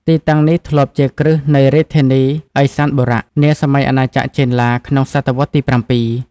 ទីតាំងនេះធ្លាប់ជាគ្រឹះនៃរាជធានី "ឦសានបុរៈ" នាសម័យអាណាចក្រចេនឡា ក្នុងសតវត្សរ៍ទី៧។